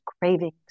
Cravings